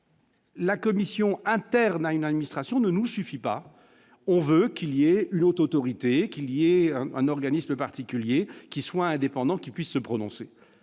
La commission interne à une administration ne nous suffit pas, on veut qu'il y avait une haute autorité qui lié un organisme particulier qui soit indépendant qui puisse se prononcer,